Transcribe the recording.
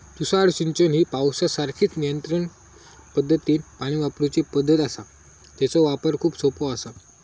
तुषार सिंचन ही पावसासारखीच नियंत्रित पद्धतीनं पाणी वापरूची पद्धत आसा, तेचो वापर खूप सोपो आसा